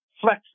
flex